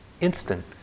instant